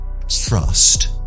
thrust